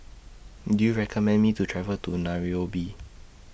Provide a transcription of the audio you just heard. Do YOU recommend Me to travel to Nairobi